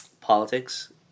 Politics